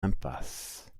impasse